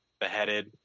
beheaded